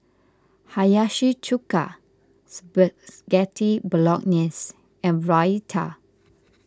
Hiyashi Chuka Spaghetti Bolognese and Raita